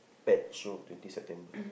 pet show twenty September